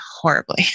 horribly